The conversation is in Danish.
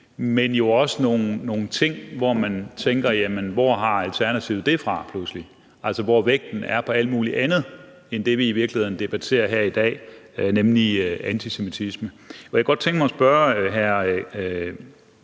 anden side nogle ting, hvor man tænker: Hvor har Alternativet lige pludselig det fra? Altså, her bliver vægten lagt på alt muligt andet end det, vi i virkeligheden debatterer i dag, nemlig antisemitisme. Jeg kunne godt tænke mig at spørge